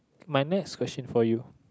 my next question for you